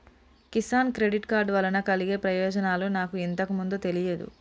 Kisan credit card వలన కలిగే ప్రయోజనాలు నాకు ఇంతకు ముందు తెలియదు